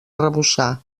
arrebossar